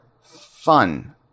fun